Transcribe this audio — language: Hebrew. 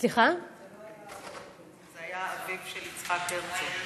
זה לא היה אבא אבן, זה היה אביו של יצחק הרצוג.